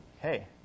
hey